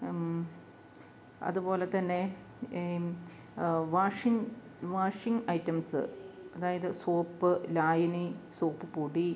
അതുപോലെ തന്നെ washing washing items അതായത് സോപ്പ് ലായനി സോപ്പ് പൊടി